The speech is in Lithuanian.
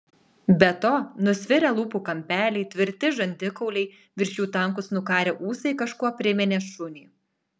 be to nusvirę lūpų kampeliai tvirti žandikauliai virš jų tankūs nukarę ūsai kažkuo priminė šunį